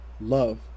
love